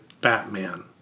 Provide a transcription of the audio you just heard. Batman